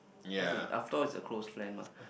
cause it I thought is a close friend lah